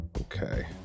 Okay